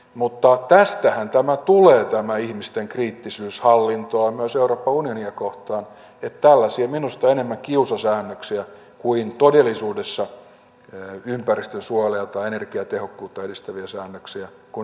mutta tästähän tulee tämä ihmisten kriittisyys hallintoa ja myös euroopan unionia kohtaan että tällaisia säännöksiä minusta enemmän kiusasäännöksiä kuin todellisuudessa ympäristönsuojelua tai energiatehokkuutta edistäviä säännöksiä kuin nyt näitä tehdään